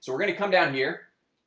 so we're gonna come down here